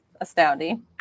astounding